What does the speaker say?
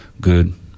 good